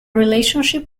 relationship